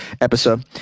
episode